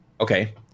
okay